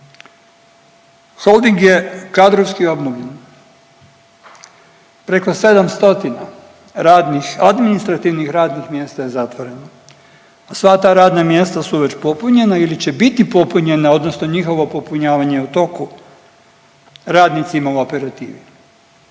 Holding je kadrovski obnovljen. Preko 7 stotina radnih administrativnih radnih mjesta je zatvoreno. Sva ta radna mjesta su već popunjena ili će biti popunjena, odnosno njihovo popunjavanje je u toku radnicima u operativi.